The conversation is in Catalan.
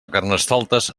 carnestoltes